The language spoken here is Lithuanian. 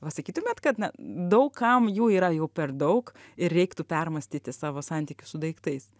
va pasakytumėt kad na daug kam jų yra jau per daug ir reiktų permąstyti savo santykius su daiktais